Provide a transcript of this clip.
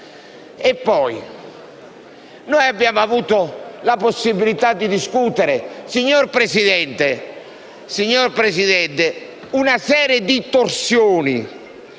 Abbiamo poi avuto la possibilità di discutere, signor Presidente, una serie di torsioni